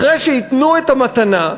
אחרי שייתנו את המתנה,